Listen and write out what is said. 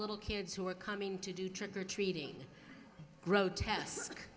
little kids who are coming to do trick or treating grotesque